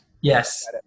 Yes